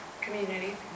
Community